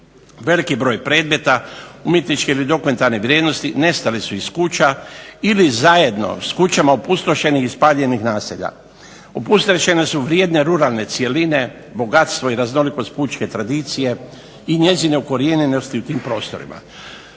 Veliki broj predmeta, umjetnički ili dokumentarne vrijednosti nestale su iz kuća, ili zajedno s kućama opustošeni iz spaljenih naselja. Opustošene su vrijedne ruralne cjeline, bogatstva i raznolikost pučke tradicije, i njezine ukorijenjenosti u tim prostorima.